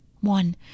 One